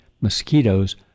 mosquitoes